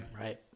Right